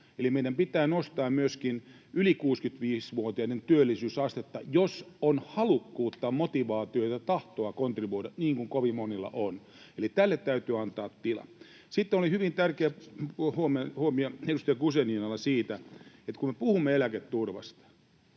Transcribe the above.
Eli meidän pitää nostaa myöskin yli 65-vuotiaiden työllisyysastetta, jos on halukkuutta, motivaatiota ja tahtoa kontribuoida, niin kuin kovin monilla on, eli tälle täytyy antaa tilaa. Sitten oli hyvin tärkeä huomio edustaja Guzeninalla siitä, että kun me puhumme eläketurvasta,